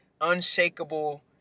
unshakable